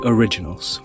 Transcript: Originals